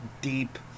deep